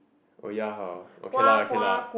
oh ya hor okay lah okay lah